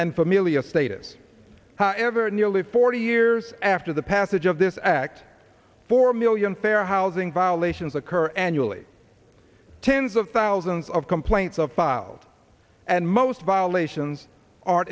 and familia status however nearly forty years after the passage of this act four million fair housing violations occur annually tens of thousands of complaints of filed and most violations